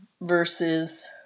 versus